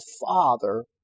Father